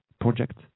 project